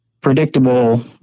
Predictable